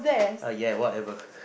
err ya whatever